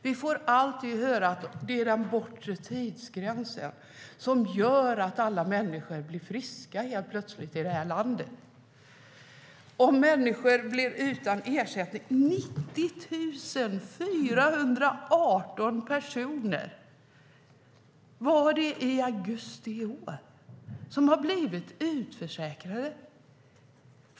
Vi får alltid höra att det är den bortre tidsgränsen som gör att alla människor helt plötsligt blir friska i det här landet. Människor blir utan ersättning. I augusti i år var det 90 418 personer som blivit utförsäkrade.